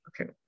Okay